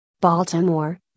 Baltimore